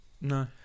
No